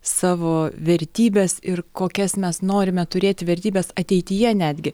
savo vertybes ir kokias mes norime turėti vertybes ateityje netgi